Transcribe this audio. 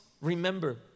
remember